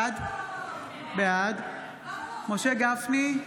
בעד משה גפני,